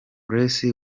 grace